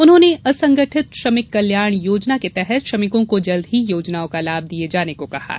उन्होंने असंगठित श्रमिक कल्याण योजना के तहत श्रमिकों को जल्द ही योजनाओं का लाभ दिये जाने को कहा है